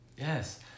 Yes